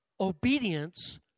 Obedience